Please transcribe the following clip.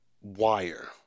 wire